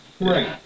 Right